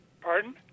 Pardon